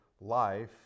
life